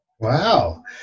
Wow